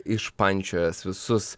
išpančiojęs visus